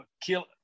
kill